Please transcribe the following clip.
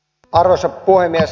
arvoisa puhemies